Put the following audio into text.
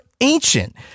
ancient